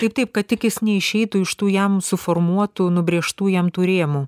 taip taip kad tik jis neišeitų iš tų jam suformuotų nubrėžtų jam tų rėmų